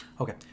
okay